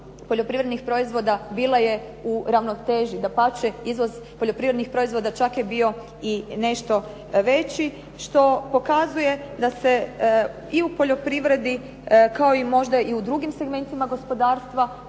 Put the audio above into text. poljoprivrednih proizvoda bila je u ravnoteži, dapače, iznos poljoprivredni proizvoda čak je bio i nešto veći što pokazuje da se i u poljoprivredi kao i možda drugim segmentima gospodarstva